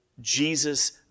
Jesus